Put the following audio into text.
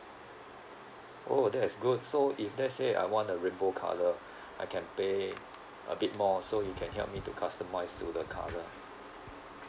oh that is good so if let's say I want a rainbow colour I can pay a bit more so you can help me to customise to the colour